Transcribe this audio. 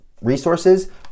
resources